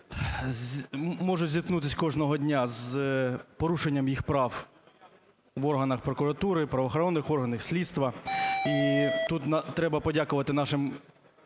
можуть зіткнутися кожного дня з порушенням їх прав в органах прокуратури, правоохоронних органах, слідства. І тут треба подякувати нашим